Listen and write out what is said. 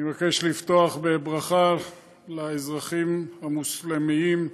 אני מבקש לפתוח בברכה לאזרחים המוסלמים,